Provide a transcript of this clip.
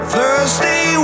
Thursday